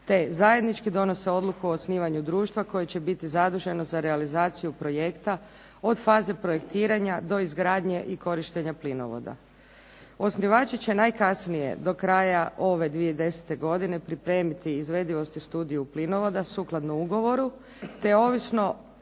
te zajednički donose odluku o osnivanju društva koje će biti zaduženo za realizaciju projekte od faze projektiranja do izgradnje i korištenja plinovoda. Osnivači će najkasnije do kraja ove 2010. godine pripremiti izvedivosti studiju plinovoda sukladno ugovoru te ovisno